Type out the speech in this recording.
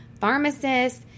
pharmacists